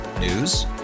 News